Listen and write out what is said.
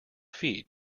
feet